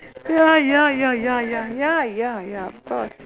ya ya ya ya ya ya ya ya of course